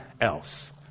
else